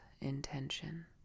intention